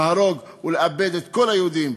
להרוג ולאבד את כל היהודים,